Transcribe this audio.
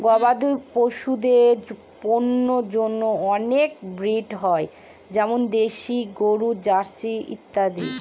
গবাদি পশুদের পন্যের জন্য অনেক ব্রিড হয় যেমন দেশি গরু, জার্সি ইত্যাদি